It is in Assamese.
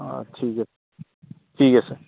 অঁ ঠিক আছে ঠিক আছে